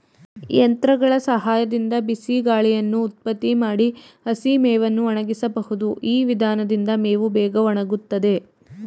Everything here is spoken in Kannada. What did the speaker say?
ಯಂತ್ರಗಳ ಸಹಾಯದಿಂದ ಬಿಸಿಗಾಳಿಯನ್ನು ಉತ್ಪತ್ತಿ ಮಾಡಿ ಹಸಿಮೇವನ್ನು ಒಣಗಿಸಬಹುದು ಈ ವಿಧಾನದಿಂದ ಮೇವು ಬೇಗ ಒಣಗುತ್ತದೆ